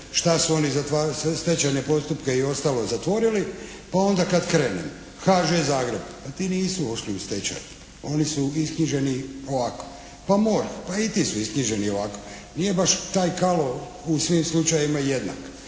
zatvarali, stečajne postupke i ostalo zatvorili pa onda kad krenemo HŽ Zagreb, ti nisu ušli u stečaj. Oni su isknjiženi ovako. Pa MORH, pa i ti su isknjiženi ovako. Nije baš taj kalo u svim slučajevima jednak.